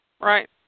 right